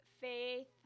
faith